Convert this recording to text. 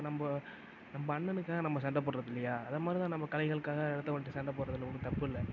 இப்போ நம்ம நம்ம அண்ணனுக்காக நம்ம சண்டை போடுவது இல்லையா அது மாதிரி தான் நம்ம கலைகளுக்காக அடுத்தவங்கள்கிட்ட சண்டை போடுகிறதுல ஒன்றும் தப்பு இல்லை